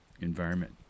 environment